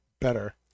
better